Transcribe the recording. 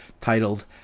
titled